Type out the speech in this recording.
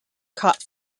caught